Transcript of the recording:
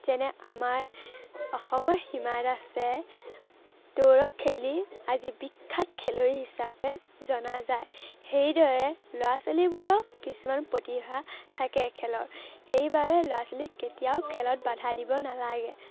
যেনে আমাৰ অসমৰ হিমা দাসে দৌৰক খেলি আজি বিখ্যাত খেলুৱৈ হিচাপে জনা যায় সেইদৰে ল'ৰা ছোৱালীবোৰক কিছুমান প্ৰতিভা থাকে খেলৰ সেইবাবে ল'ৰা ছোৱালীক কেতিয়াও খেলত বাধা দিব নালাগে